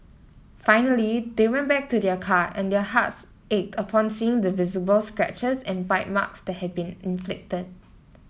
finally they went back to their car and their hearts ached upon seeing the visible scratches and bite marks that had been inflicted